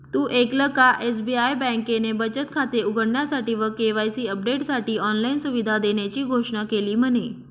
तु ऐकल का? एस.बी.आई बँकेने बचत खाते उघडण्यासाठी व के.वाई.सी अपडेटसाठी ऑनलाइन सुविधा देण्याची घोषणा केली म्हने